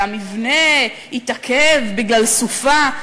והמבנה התעכב בגלל סופה,